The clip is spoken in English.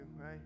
right